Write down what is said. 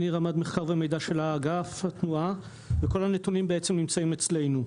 אני רמ"ד מחקר ומידע של אגף התנועה וכל הנתונים נמצאים אצלנו.